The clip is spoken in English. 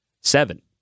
Seven